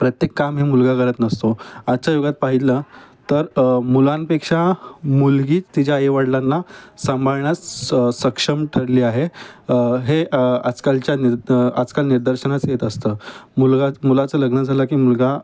प्रत्येक काम हे मुलगा करत नसतो आजच्या युगात पाहिजलं तर मुलांपेक्षा मुलगी तिच्या आईवडलांना सांभाळण्यास सक्षम ठरली आहे हे आजकालच्या नि आजकाल निर्दर्शनाच येत असतं मुलगा मुलाचं लग्न झालं की मुलगा